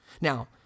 Now